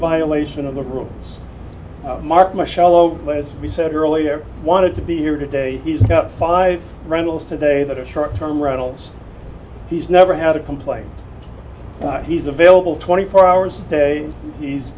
violation of the rules mark my shallow place he said earlier wanted to be here today he's got five rentals today that are short term rentals he's never had a complaint he's available twenty four hours a day he's